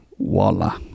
Voila